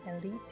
Elite